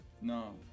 no